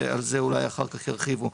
ועל זה אולי אחר כך ירחיבו.